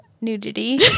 Nudity